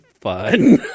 fun